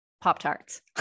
Pop-Tarts